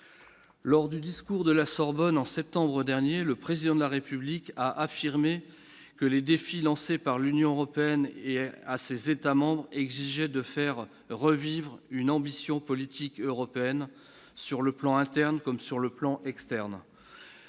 Lors du discours de la Sorbonne en septembre dernier, le président de la République a affirmé que les défis lancés par l'Union européenne et à ses États-membres exigeait de faire revivre une ambition politique européenne sur le plan interne comme sur le plan externe,